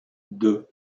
deux